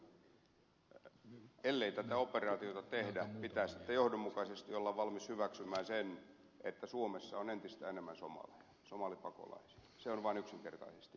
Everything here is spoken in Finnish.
oinonen ellei tätä operaatiota tehdä pitää sitten johdonmukaisesti olla valmis hyväksymään se että suomessa on entistä enemmän somaleja somalipakolaisia se on vain yksinkertaisesti näin